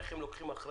איך הם לוקחים אחריות